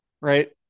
right